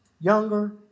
younger